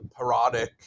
parodic